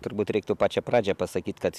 turbūt reiktų pačią pradžią pasakyt kad